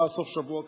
סוף שבוע קשה.